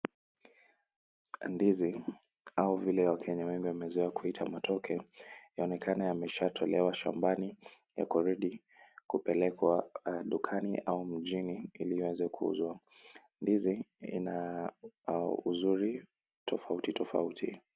Ndizi au vile wakenya wengi wamezoea kuita matoke yanaonekana yameshatolewa shambani yako ready kupelekwa dukani au mjini ili yaweze kuuzwa. Ndizi ina uzuri tofauti tofauti.